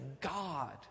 God